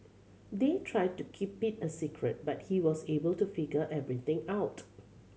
they tried to keep it a secret but he was able to figure everything out